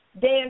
Dan